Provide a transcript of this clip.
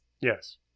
Yes